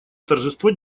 тожество